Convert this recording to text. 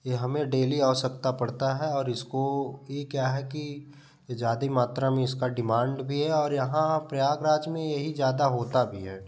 ये हमें डेली आवश्यकता पड़ता है और इसको ये क्या है कि ज़्यादा मात्रा में इसका डिमांड भी है और यहाँ प्रयागराज में यही ज़्यादा होता भी है